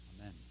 Amen